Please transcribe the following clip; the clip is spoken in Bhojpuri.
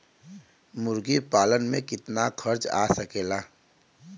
मुर्गी पालन में कितना खर्च आ सकेला?